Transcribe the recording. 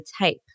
type